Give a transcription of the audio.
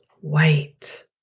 white